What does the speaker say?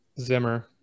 Zimmer